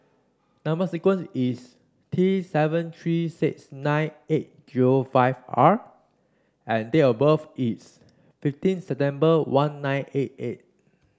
number sequence is T seven three six nine eight zero five R and date of birth is fifteen September one nine eight eight